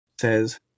says